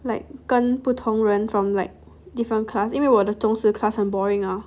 like can 跟不同人 from like different class 因为我的中四 class 很 boring ah